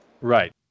Right